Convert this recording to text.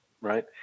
right